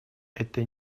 это